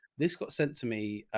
this got sent to me, ah,